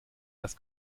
das